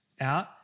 out